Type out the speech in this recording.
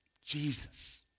Jesus